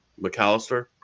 McAllister